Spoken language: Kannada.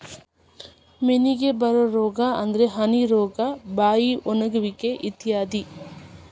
ಮೇನಿಗೆ ಬರು ರೋಗಾ ಅಂದ್ರ ಹನಿ ರೋಗಾ, ಬಾಯಿ ಒಣಗುವಿಕೆ ಇತ್ಯಾದಿ